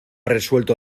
resuelto